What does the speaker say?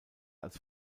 als